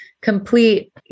Complete